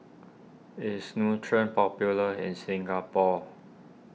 is Nutren popular in Singapore